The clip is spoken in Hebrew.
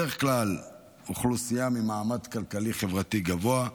בדרך כלל אוכלוסייה ממעמד כלכלי-חברתי גבוה,